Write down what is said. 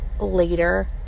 later